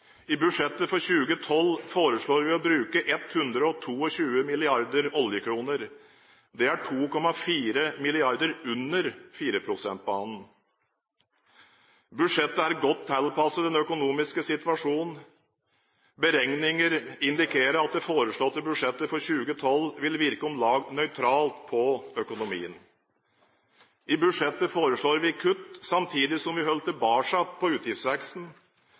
I budsjettet for 2012 foreslår vi å bruke 122 mrd. oljekroner. Dette er 2,4 mrd. kr under 4 pst.-banen. Budsjettet er godt tilpasset den økonomiske situasjonen. Beregninger indikerer at det foreslåtte budsjettet for 2012 vil virke om lag nøytralt på økonomien. I budsjettet foreslår vi kutt, samtidig som vi holder tilbake på utgiftsveksten.